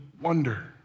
wonder